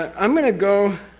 ah i'm going to go.